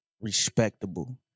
respectable